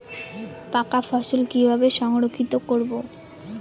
পাকা ফসল কিভাবে সংরক্ষিত করব?